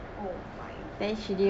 oh my god